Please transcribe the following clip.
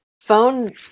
phone